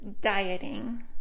dieting